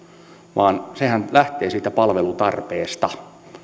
vaan sehän lähtee siitä palvelutarpeesta